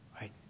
Right